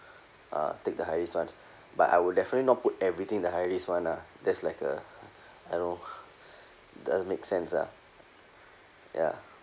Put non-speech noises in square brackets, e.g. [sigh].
uh take the high risk ones but I will definitely not put everything in the high risk one ah that's like a I don't know [laughs] doesn't make sense lah ya